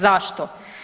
Zašto?